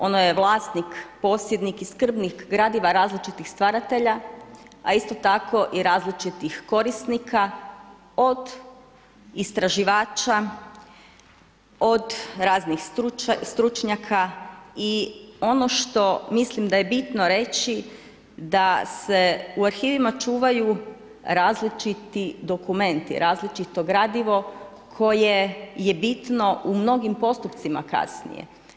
Ono je vlasnik, posjednik i skrbnik gradiva različitih stvaratelja a isto tako i različitih korisnika, od istraživača od raznih stručnjaka i ono što mislim da je bitno reći, da se u arhivima čuvaju različiti dokumenti, različito gradivo, koje je bitno u mnogim postupcima kasnije.